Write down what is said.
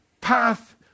path